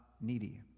needy